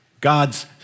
God's